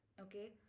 okay